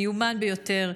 מיומן ביותר,